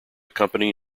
company